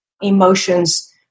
emotions